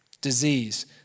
Disease